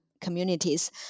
communities